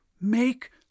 Make